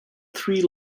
three